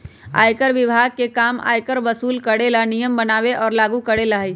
आयकर विभाग के काम आयकर वसूल करे ला नियम बनावे और लागू करेला हई